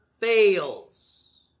fails